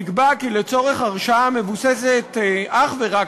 נקבע כי לצורך הרשעה המבוססת אך ורק